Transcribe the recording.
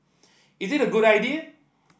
is it a good idea